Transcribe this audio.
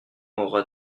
auras